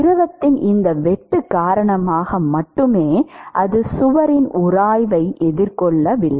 திரவத்தின் இந்த வெட்டு காரணமாக மட்டுமே அது சுவரின் உராய்வை எதிர்கொள்ளவில்லை